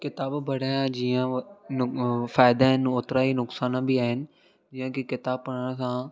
किताबु पढ़िया जीअं हूअ फ़ाइदा आहिनि ओतिरा ई नुकसान बि आहिनि जीअं की किताबु पढ़नि खां